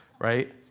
right